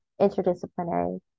Interdisciplinary